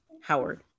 Howard